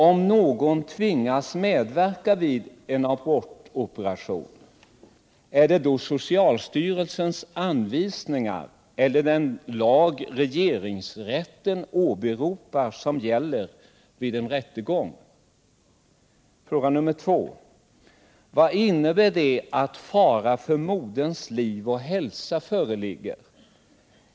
Om någon tvingas medverka vid en abortoperation, är det då socialstyrelsens anvisningar eller den lag regeringsrätten åberopar som gäller vid en rättegång? 2. Vad innebär det att ”fara för moderns liv och hälsa föreligger”?